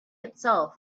itself